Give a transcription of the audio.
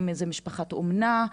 האם זאת משפחת אומנה,